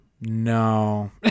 no